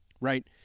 right